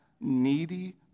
needy